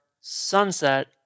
sunset